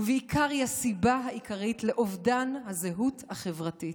ובעיקר היא הסיבה העיקרית לאובדן הזהות החברתית.